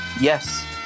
Yes